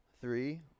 three